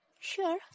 Sure